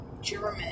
German